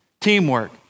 Teamwork